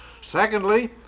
Secondly